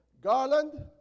Garland